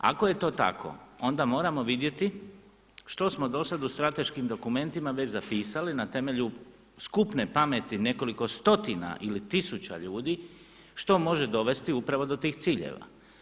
Ako je to tako onda moramo vidjeti što smo dosad u strateškim dokumentima već zapisali na temelju skupne pameti nekoliko stotina ili tisuća ljudi što može dovesti upravo do tih ciljeva.